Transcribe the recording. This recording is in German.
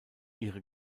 ihre